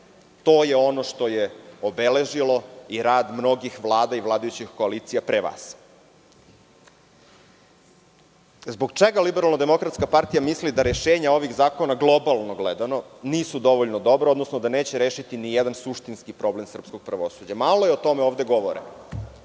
To je ono što je obeležilo rad mnogih vlada i vladajućih koalicija pre vas. Zbog čega LDP misli da rešenja ovih zakona globalno gledano nisu dovoljno dobra, odnosno da neće rešiti nijedan suštinski problem srpskog pravosuđa. Malo je o tome ovde govoreno.